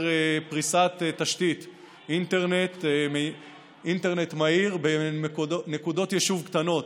פריסת תשתית אינטרנט מהיר בנקודות יישוב קטנות,